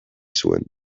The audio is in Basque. zuen